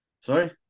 Sorry